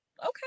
okay